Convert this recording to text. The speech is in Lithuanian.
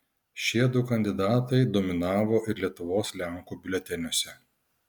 šie du kandidatai dominavo ir lietuvos lenkų biuleteniuose